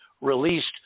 released